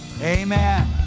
amen